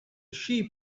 sheep